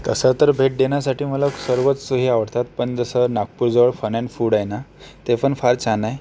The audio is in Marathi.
तसं तर भेट देण्यासाठी मला सर्वच हे आवडतात पण जसं नागपूरजवळ फन अँड फूड आहेना ते पण फार छान आहे